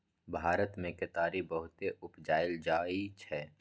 भारत मे केतारी बहुते उपजाएल जाइ छै